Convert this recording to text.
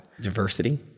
diversity